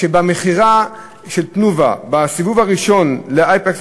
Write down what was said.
כשבמכירה של "תנובה" בסיבוב הראשון ל"אייפקס",